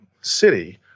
city